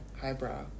Highbrow